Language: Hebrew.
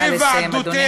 נא לסיים, אדוני.